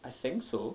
I think so